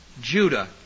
Judah